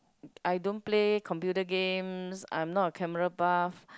I don't play computer games I'm not a camera buff